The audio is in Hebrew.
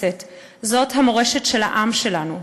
זאת המורשת של העם שלנו.